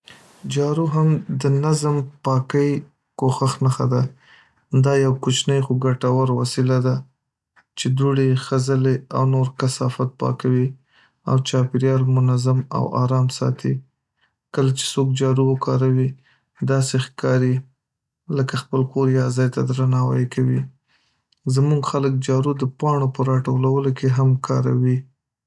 جارو هم د نظم، پاکۍ کوښښ نښه ده. دا یو کوچنی خو ګټور وسیله ده چې دوړې، خځلې او نور کثافت پاکوي او چاپېریال منظم او ارام ساتي. کله چې څوک جارو وکاروي، داسې ښکاري لکه خپل کور یا ځای ته درناوی کوي. زمونږ خلک جارو د پاڼو په را ټولو کې هم کاروي.